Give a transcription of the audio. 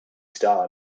star